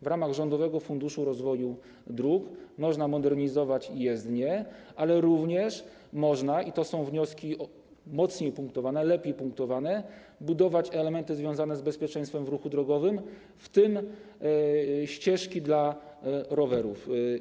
W ramach Rządowego Funduszu Rozwoju Dróg można modernizować jezdnie, ale również można - i to są wnioski mocniej punktowane, lepiej punktowane - budować elementy związane z bezpieczeństwem w ruchu drogowym, w tym ścieżki dla rowerów.